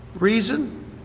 reason